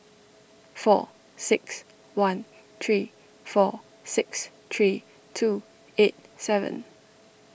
four six one three four six three two eight seven